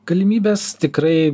galimybes tikrai